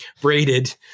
braided